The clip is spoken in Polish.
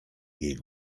jej